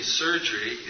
surgery